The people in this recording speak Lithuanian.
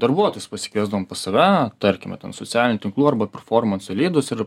darbuotojus pasikviesdavom pas save tarkime ten socialinių tinklų arba performansų lydus ir